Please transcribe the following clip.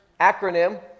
acronym